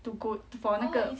to go for 那个